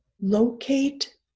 locate